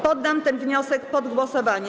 Poddam ten wniosek pod głosowanie.